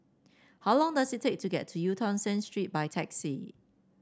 how long does it take to get to Eu Tong Sen Street by taxi